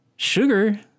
Sugar